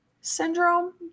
syndrome